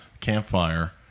campfire